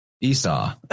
Esau